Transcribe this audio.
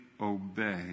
obey